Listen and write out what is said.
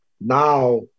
now